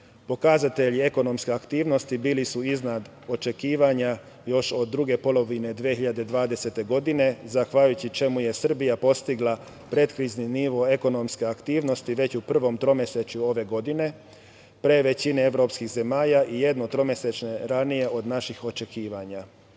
Pokazatelji ekonomske aktivnosti bili su iznad očekivanja još od druge polovine 2020. godine, zahvaljujući čemu je Srbija postigla predkrizni nivo ekonomske aktivnosti već u prvom tromesečju ove godine, pre većine evropskih zemalja i jedno tromesečje ranije od naših očekivanja.U